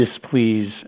displease